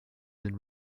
been